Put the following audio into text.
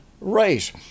race